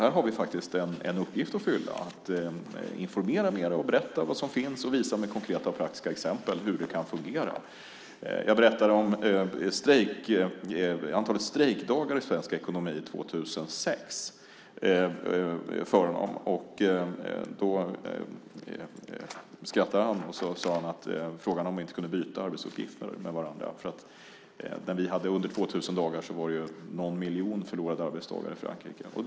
Här har vi faktiskt en uppgift att fylla. Det handlar om att informera mer och berätta vad som finns och visa med konkreta och praktiska exempel hur det kan fungera. Jag berättade för honom om antalet strejkdagar i svensk ekonomi 2006. Då skrattade han, och så frågade han om vi inte kunde byta arbetsuppgifter med varandra. När vi hade under 2 000 dagar var det nämligen någon miljon förlorade arbetsdagar i Frankrike.